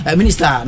minister